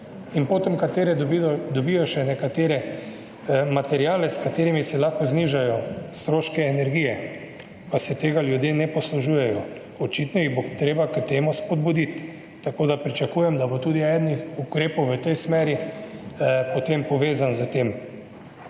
in potom katere dobijo še nekatere materiale, s katerimi si lahko znižajo stroške energije, pa se tega ljudje ne poslužujejo. Očitno jih bo treba k temu spodbuditi. Tako, da pričakujem, da bo tudi eden ukrepov v tej smeri potem povezan s tem.